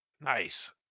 nice